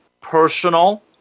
personal